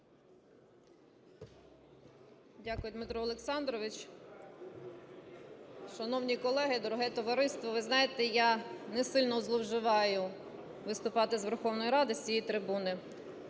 Дякую, Дмитро Олександрович. Шановні колеги, дороге товариство, ви знаєте, я не сильно зловживаю виступати у Верховній Раді з цієї трибуни,